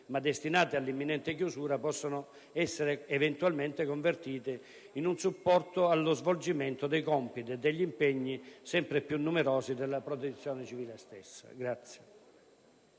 ma destinate all'imminente chiusura, possano essere eventualmente convertite in un supporto allo svolgimento dei compiti e degli impegni sempre più numerosi della Protezione civile.